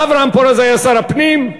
אברהם פורז היה שר הפנים,